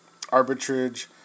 arbitrage